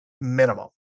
minimum